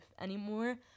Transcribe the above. anymore